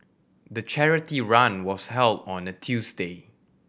the charity run was held on a Tuesday